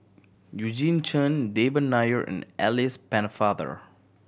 Eugene Chen Devan Nair and Alice Pennefather